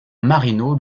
marino